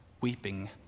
weeping